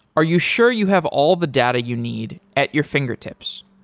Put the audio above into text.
are you sure you have all the data you need at your fingertips?